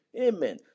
Amen